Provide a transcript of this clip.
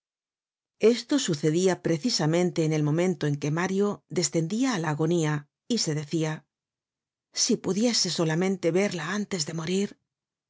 esto sucedia precisamente en el momento en que mario descendia á la agonía y se decia si pudiese solamente verla antes de morir